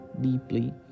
deeply